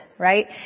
right